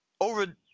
over